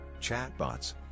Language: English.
Chatbots